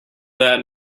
that